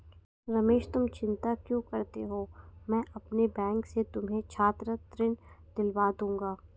रमेश तुम चिंता क्यों करते हो मैं अपने बैंक से तुम्हें छात्र ऋण दिलवा दूंगा